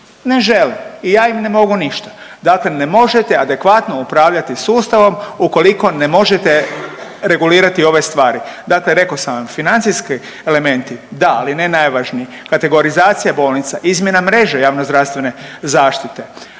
ne žele i ja im ne mogu ništa. Dakle, ne možete adekvatno upravljati sustavom ukoliko ne možete regulirati ove stvari. Dakle, rekao sam financijski elementi da, ali ne najvažniji. Kategorizacija bolnica, izmjena mreže javnozdravstvene zaštite,